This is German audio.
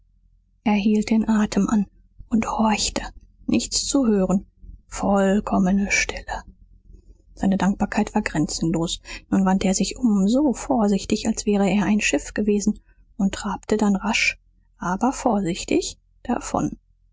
hielt den atem an und horchte nichts zu hören vollkommene stille seine dankbarkeit war grenzenlos nun wandte er sich um so vorsichtig als wäre er ein schiff gewesen und trabte dann rasch aber vorsichtig davon